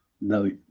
no